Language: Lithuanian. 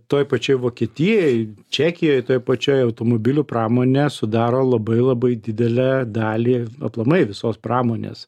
toj pačioj vokietijoj čekijoj toj pačioj automobilių pramonė sudaro labai labai didelę dalį aplamai visos pramonės